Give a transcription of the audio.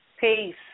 Peace